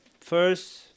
First